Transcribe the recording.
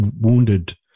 wounded